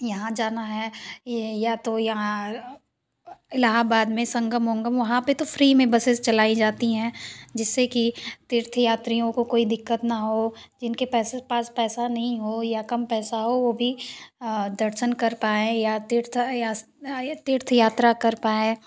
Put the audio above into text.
यहाँ जाना है या तो यहाँ इलाहाबाद में संगम उंगम तो वहाँ पर तो फ्री में बसेज चलाई जाती हैं जिससे कि तीर्थ यात्रियों को कोई दिक्कत न हो जिनके पैसे पास पैसा नहीं हो या कम पैसा हो वो भी दर्शन कर पाए या तीर्थ तीर्थ यात्रा कर पायें